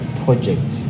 project